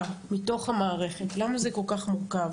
המשפחה מתוך המערכת, למה זה כל כך מורכב?